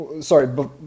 sorry